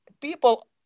people